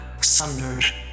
sundered